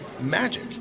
magic